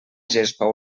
gespa